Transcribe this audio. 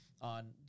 on